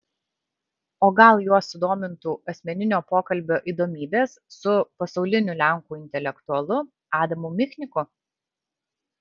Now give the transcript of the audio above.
o gal juos sudomintų asmeninio pokalbio įdomybės su pasauliniu lenkų intelektualu adamu michniku